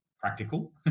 practical